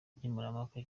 nkemurampaka